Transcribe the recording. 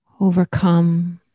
overcome